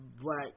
black